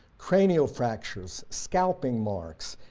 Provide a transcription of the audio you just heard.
cranial fractures, scalping marks,